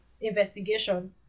investigation